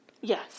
Yes